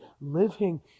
living